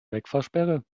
wegfahrsperre